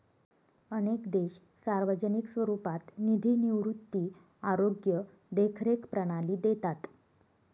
अनेक देश सार्वजनिक स्वरूपात निधी निवृत्ती, आरोग्य देखरेख प्रणाली देतात